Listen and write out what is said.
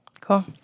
Cool